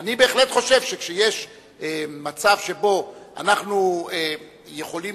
אני בהחלט חושב שכשיש מצב שבו אנחנו יכולים